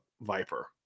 viper